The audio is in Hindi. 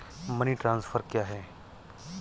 मनी ट्रांसफर क्या है?